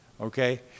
Okay